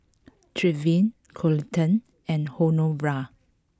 Trevin Coleton and Honora